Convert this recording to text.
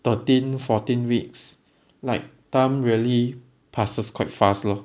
thirteen fourteen weeks like time really passes quite fast lor